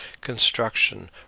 construction